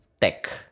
tech